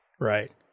Right